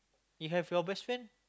if have your best friend